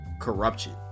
Corruption